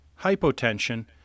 hypotension